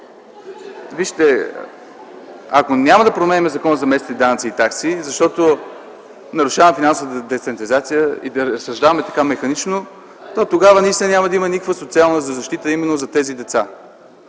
Но ако няма да променяме Закона за местните данъци и такси, защото нарушаваме финансовата децентрализация и да разсъждаваме така механично, то тогава наистина няма да има никаква социална защита именно за тези деца.